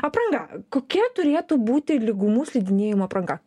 apranga kokia turėtų būti lygumų slidinėjimo apranga